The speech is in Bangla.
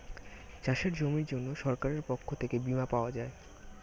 চাষের জমির জন্য সরকারের পক্ষ থেকে বীমা পাওয়া যায়